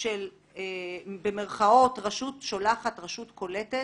של "רשות שולחת-רשות קולטת"